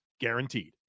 guaranteed